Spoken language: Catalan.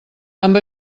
amb